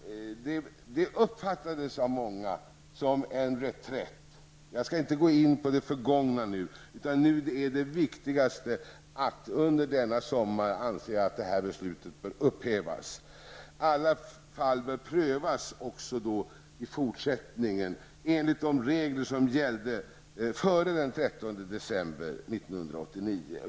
Det uppfattades av många som en reträtt. Jag skall inte gå in på det förgångna, utan det viktigaste är att regeringen under denna sommar kommer fram till att beslutet bör upphävas. Alla fall bör i fortsättningen prövas enligt de regler som gällde före den 13 december 1989.